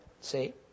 see